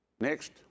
Next